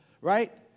right